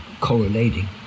correlating